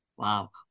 Wow